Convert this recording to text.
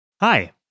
Hi